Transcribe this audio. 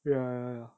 ya